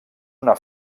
una